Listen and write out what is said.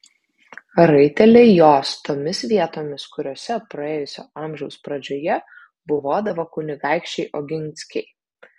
raiteliai jos tomis vietomis kuriose praėjusio amžiaus pradžioje buvodavo kunigaikščiai oginskiai